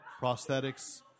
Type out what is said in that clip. prosthetics